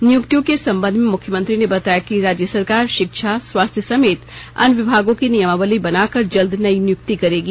नियुक्तियों के संबंध में मुख्यमंत्री ने बताया कि राज्य सरकार शिक्षा स्वास्थ्य समेत अन्य विभागों की नियमावली बनाकर जल्द नयी नियुक्ति करेगी